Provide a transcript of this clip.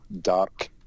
dark